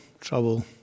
trouble